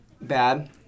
bad